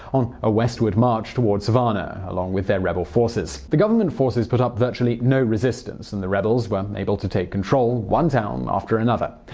on a westward march toward havana, along with their rebel forces. the government forces put up virtually no resistance and the rebels were able to take control, one town after another.